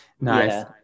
nice